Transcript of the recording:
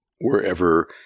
wherever